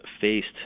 faced